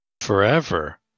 Forever